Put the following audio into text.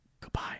goodbye